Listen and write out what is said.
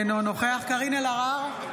אינו נוכח קארין אלהרר,